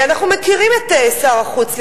אנחנו מכירים את שר החוץ ליברמן.